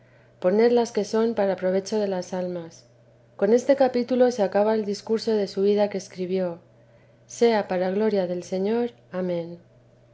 las que son para provecho de las almas con este capítulo se acaba el discurso de su vida que escribió sea para gloria del señor amén